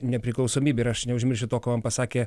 nepriklausomybę ir aš neužmiršiu to ką man pasakė